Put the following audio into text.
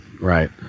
right